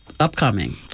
Upcoming